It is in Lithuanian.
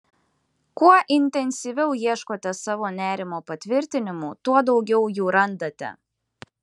kuo intensyviau ieškote savo nerimo patvirtinimų tuo daugiau jų randate